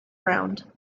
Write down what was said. round